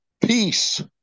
peace